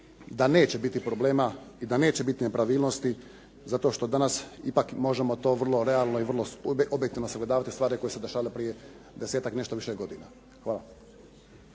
da neće biti problema i da neće biti nepravilnosti zato što danas ipak možemo to vrlo realno i vrlo objektivno sagledavati stvari koje su se dešavale prije desetak i nešto više godina. Hvala.